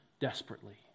desperately